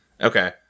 Okay